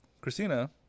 Christina